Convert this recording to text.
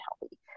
healthy